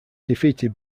defeated